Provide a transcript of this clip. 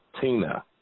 Tina